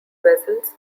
vessels